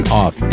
off